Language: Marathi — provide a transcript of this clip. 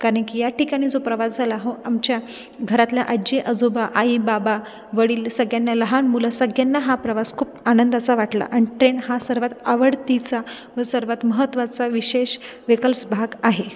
कारण की या ठिकाणी जो प्रवास झाला हो आमच्या घरातल्या आजी आजोबा आई बाबा वडील सगळ्यांना लहान मूल सगळ्यांना हा प्रवास खूप आनंदाचा वाटला आणि ट्रेन हा सर्वात आवडतीचा व सर्वात महत्वाचा विशेष वेहिकल्स भाग आहे